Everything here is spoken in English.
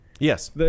Yes